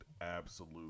absolute